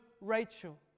Rachel